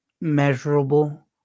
measurable